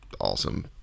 awesome